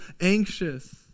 anxious